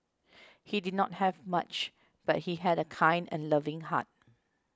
he did not have much but he had a kind and loving heart